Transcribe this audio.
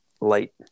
light